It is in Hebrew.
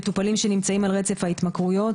מטופלים שנמצאים על רצף ההתמכרויות.